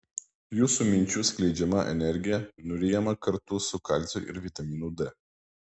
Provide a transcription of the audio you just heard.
jūsų minčių skleidžiama energija nuryjama kartu su kalciu ir vitaminu d